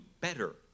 better